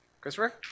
Christopher